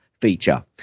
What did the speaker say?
feature